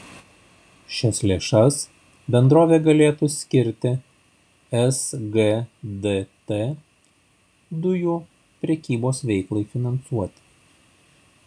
šias lėšas bendrovė galėtų skirti sgdt dujų prekybos veiklai finansuoti